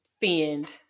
fend